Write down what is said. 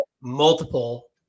multiple